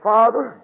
Father